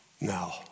Now